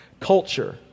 Culture